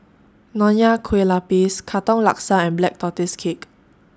Nonya Kueh Lapis Katong Laksa and Black Tortoise Cake